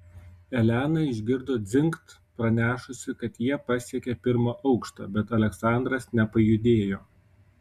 elena išgirdo dzingt pranešusį kad jie pasiekė pirmą aukštą bet aleksandras nepajudėjo